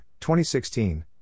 2016